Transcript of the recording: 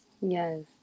Yes